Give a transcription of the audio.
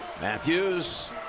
Matthews